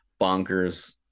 bonkers